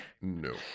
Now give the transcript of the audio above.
No